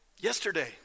yesterday